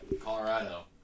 Colorado